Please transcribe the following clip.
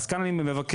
כאן אני מבקש